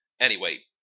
Anyway-